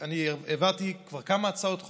אני העברתי כבר כמה הצעות חוק,